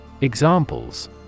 Examples